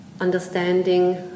understanding